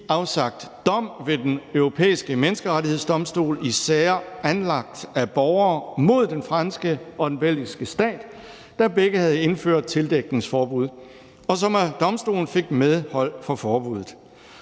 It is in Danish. afsagt dom ved Den Europæiske Menneskerettighedsdomstol i sager anlagt af borgere mod den franske og den belgiske stat, der begge havde indført tildækningsforbud, og som af domstolen fik medhold i forbuddet.